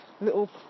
little